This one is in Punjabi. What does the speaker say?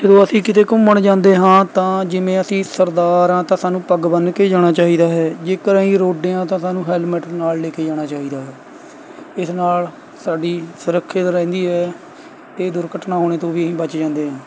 ਜਦੋਂ ਅਸੀਂ ਕਿਤੇ ਘੁੰਮਣ ਜਾਂਦੇ ਹਾਂ ਤਾਂ ਜਿਵੇਂ ਅਸੀਂ ਸਰਦਾਰ ਹਾਂ ਤਾਂ ਸਾਨੂੰ ਪੱਗ ਬੰਨ੍ਹ ਕੇ ਜਾਣਾ ਚਾਹੀਦਾ ਹੈ ਜੇਕਰ ਅਸੀਂ ਰੋਡੇ ਹਾਂ ਤਾਂ ਸਾਨੂੰ ਹੈਲਮਟ ਨਾਲ਼ ਲੈ ਕੇ ਜਾਣਾ ਚਾਹੀਦਾ ਹੈ ਇਸ ਨਾਲ਼ ਸਾਡੀ ਸੁਰੱਖਿਆ ਰਹਿੰਦੀ ਹੈ ਅਤੇ ਦੁਰਘਟਨਾ ਹੋਣੇ ਤੋਂ ਵੀ ਅਸੀਂ ਬਚ ਜਾਂਦੇ ਹਾਂ